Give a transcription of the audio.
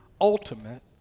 ultimate